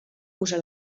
usa